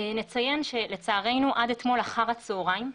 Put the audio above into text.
נציין שלצערנו עד אתמול אחר הצהריים,